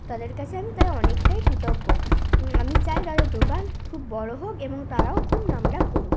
তাদের কাছে আমি তাই অনেকটাই কৃতজ্ঞ আমি চাই তাদের দোকান খুব বড় হোক এবং তারাও খুব নামডাক করুক